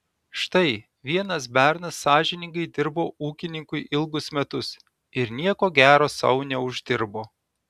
štai vienas bernas sąžiningai dirbo ūkininkui ilgus metus ir nieko gero sau neuždirbo